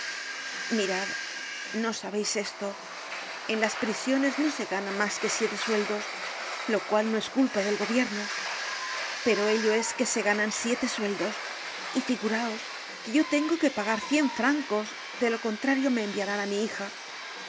mirad no sabeis esto en las prisiones no se ganan masque siete sueldos lo cual no es culpa del gobierno pero ello es que se ganan siete sueldos y figuraos que yo tengo que pagar cien francos de lo contrario me enviarán á mi hija